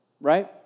right